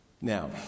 Now